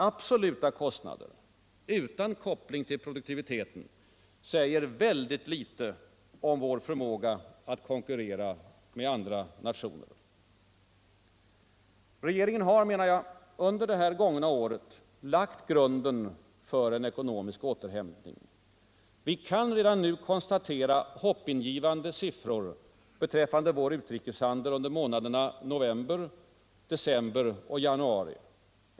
Absoluta kostnader utan koppling till produktiviteten säger väldigt litet om vår förmåga att konkurrera med andra nationer. Regeringen har, menar jag, under det här gångna året lagt grunden för en ekonomisk återhämtning. Vi kan redan nu konstatera hoppingivande siffror beträffande vår utrikeshandel under månaderna november, december och januari.